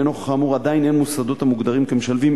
לנוכח האמור, עדיין אין מוסדות המוגדרים כמשלבים.